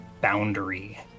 boundary